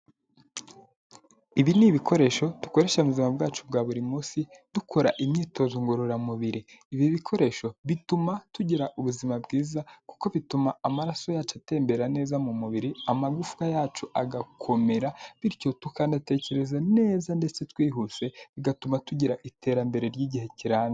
Ibi ni ibikoresho dukoresha mu buzima bwacu bwa buri munsi dukora imyitozo ngororamubiri. Ibi bikoresho bituma tugira ubuzima bwiza kuko bituma amaraso yacu atembera neza mu mubiri, amagufwa yacu agakomera bityo tukanatekereza neza ndetse twihuse, bigatuma tugira iterambere ry'igihe kirambye.